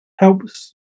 helps